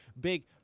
big